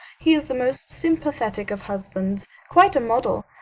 he is the most sympathetic of husbands. quite a model.